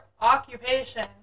occupation